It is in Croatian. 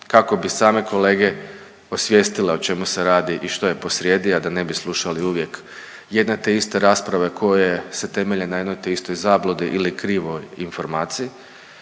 kako bi same kolege osvijestile o čemu se radi i što je posrijedi, a da ne bi slušali uvijek jedne te iste rasprave koje se temelje na jednoj te istoj zabludi ili krivoj informaciji,